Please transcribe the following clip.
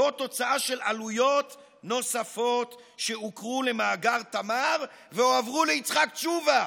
זו תוצאה של עלויות נוספות שהוכרו למאגר תמר והועברו ליצחק תשובה.